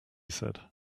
said